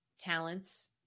talents